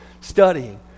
studying